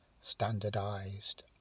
standardized